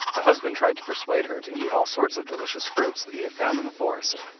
the husband tried to persuade her to eat all sorts of delicious fruits that he had found in the forest,